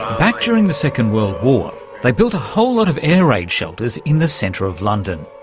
back during the second world war they built a whole lot of air-raid shelters in the centre of london.